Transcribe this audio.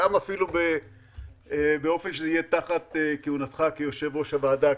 אפילו באופן שזה יהיה תחת כהונתך כיושב-ראש הוועדה.